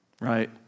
right